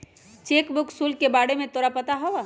Cheque book शुल्क के बारे में तोरा पता हवा?